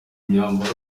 imyambaro